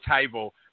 table